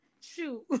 shoot